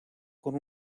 con